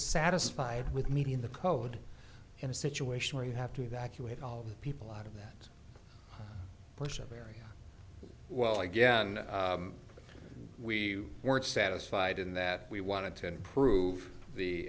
satisfied with meeting the code in a situation where you have to evacuate all the people out of that portion of area well again we weren't satisfied in that we wanted to improve the